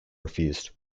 refused